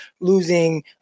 losing